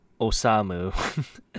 Osamu